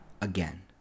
again